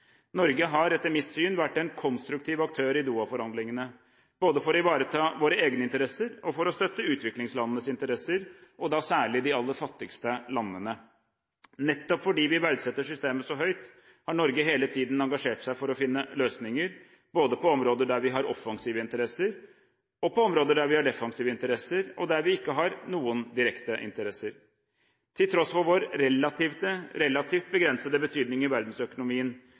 Norge har etter mitt syn vært en konstruktiv aktør i Doha-forhandlingene – både for å ivareta våre egne interesser og for å støtte utviklingslandenes interesser, og da særlig de aller fattigste landene. Nettopp fordi vi verdsetter systemet så høyt, har Norge hele tiden engasjert seg for å finne løsninger, både på områder der vi har offensive interesser, på områder der vi har defensive interesser, og der vi ikke har noen direkte interesser. Til tross for vår relativt begrensede betydning i verdensøkonomien